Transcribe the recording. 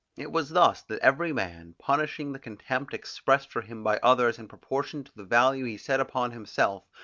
it was thus that every man, punishing the contempt expressed for him by others in proportion to the value he set upon himself,